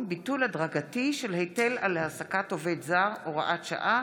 (הוראת שעה),